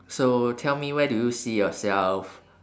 so tell me where do you see yourself